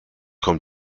kommt